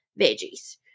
veggies